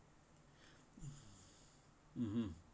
(uh huh)